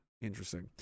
Interesting